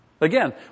Again